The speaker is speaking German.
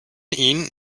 ihn